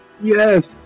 Yes